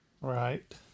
Right